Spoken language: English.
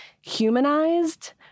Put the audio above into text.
humanized